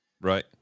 Right